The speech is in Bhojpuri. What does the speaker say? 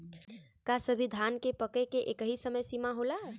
का सभी धान के पके के एकही समय सीमा होला?